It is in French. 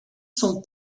son